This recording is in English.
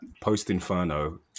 post-Inferno